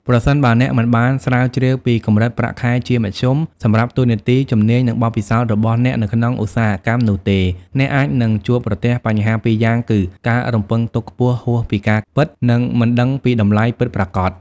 ប្រសិនបើអ្នកមិនបាន ស្រាវជ្រាវពីកម្រិតប្រាក់ខែជាមធ្យម សម្រាប់តួនាទី ជំនាញ និងបទពិសោធន៍របស់អ្នកនៅក្នុងឧស្សាហកម្មនោះទេ អ្នកអាចនឹងជួបប្រទះបញ្ហាពីរយ៉ាងគឺ ការរំពឹងទុកខ្ពស់ហួសពីការពិត និងមិនដឹងពីតម្លៃពិតប្រាកដ។